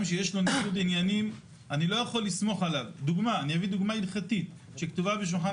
כיהן בתפקיד בכיר מאוד ברבנות הצבאית ודי בכך.